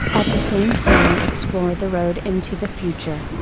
at the same time explore the road into the future.